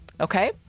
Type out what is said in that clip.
okay